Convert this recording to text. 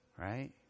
Right